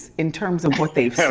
in terms of what they've seen.